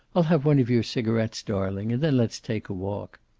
i'll have one of your cigarets, darling, and then let's take a walk.